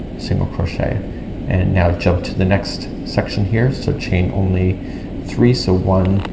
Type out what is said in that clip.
single crochet and now jump to the next section here. so chain only three. so one,